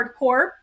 hardcore